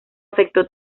afectó